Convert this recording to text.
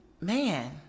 man